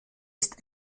ist